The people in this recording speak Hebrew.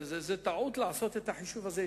זו טעות לעשות את החישוב הזה,